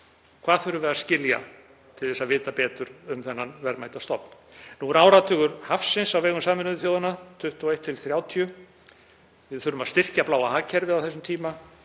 Hvað þurfum við að skilja til að vita betur um þennan verðmæta stofn? Nú er hafinn áratugur hafsins á vegum Sameinuðu þjóðanna, 2021–2030. Við þurfum að styrkja bláa hagkerfið á þessum tíma.